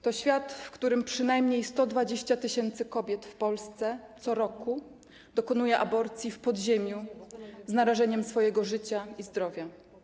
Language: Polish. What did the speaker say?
To świat, w którym przynajmniej 120 tys. kobiet w Polsce co roku dokonuje aborcji w podziemiu, z narażeniem życia i zdrowia.